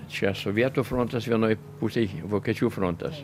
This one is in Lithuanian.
čia sovietų frontas vienoj pusėj vokiečių frontas